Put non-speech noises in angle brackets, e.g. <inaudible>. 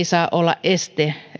<unintelligible> saa olla este